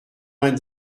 vingt